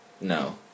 No